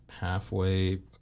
halfway